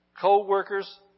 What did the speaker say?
co-workers